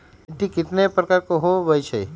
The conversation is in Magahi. मिट्टी कतना प्रकार के होवैछे?